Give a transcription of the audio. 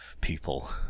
People